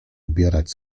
ubierać